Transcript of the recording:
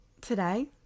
today